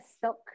silk